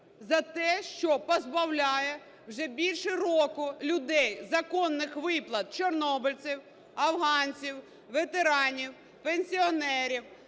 за те, що позбавляє вже більше року людей законних виплат чорнобильців, афганців, ветеранів, пенсіонерів,